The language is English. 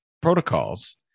protocols